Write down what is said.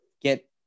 get